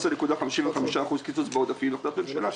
יש החלטה על 11.55% קיצוץ בעודפים בהחלטת ממשלה.